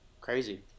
Crazy